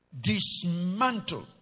dismantle